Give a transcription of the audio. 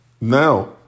now